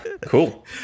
Cool